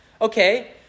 Okay